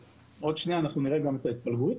עוד שנייה אנחנו נראה גם את ההתפלגות.